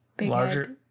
larger